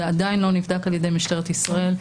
זה עדיין לא נבדק על ידי משטרת ישראל.